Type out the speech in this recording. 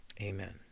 Amen